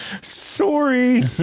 Sorry